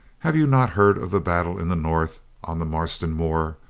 have you not heard of the battle in the north on the marston moor?